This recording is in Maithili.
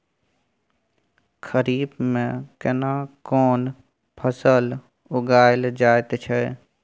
खरीफ में केना कोन फसल उगायल जायत छै?